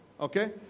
okay